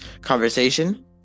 conversation